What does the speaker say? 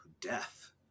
death